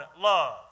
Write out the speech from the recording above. love